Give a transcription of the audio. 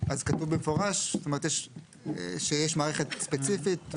אז כתוב במפורש שיש מערכת ספציפית.